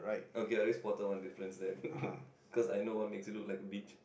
okay at least quarter one difference then because I know what makes it look like a beach